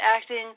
acting